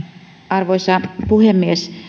arvoisa puhemies